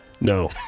No